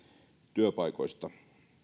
työpaikoista